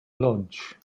lodge